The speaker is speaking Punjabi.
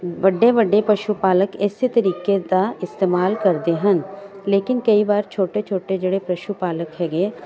ਵੱਡੇ ਵੱਡੇ ਪਸ਼ੂ ਪਾਲਕ ਇਸੇ ਤਰੀਕੇ ਦਾ ਇਸਤੇਮਾਲ ਕਰਦੇ ਹਨ ਲੇਕਿਨ ਕਈ ਵਾਰ ਛੋਟੇ ਛੋਟੇ ਜਿਹੜੇ ਪਸ਼ੂ ਪਾਲਕ ਹੈਗੇ ਆ